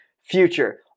future